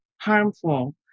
harmful